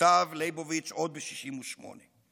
כתב ליבוביץ' עוד ב-1968.